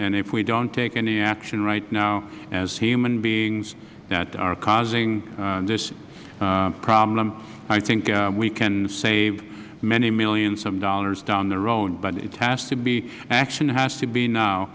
and if we don't take any action right now as human beings that are causing this problem i think we can save many millions of dollars down the road but it has to be action has to be now